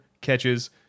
catches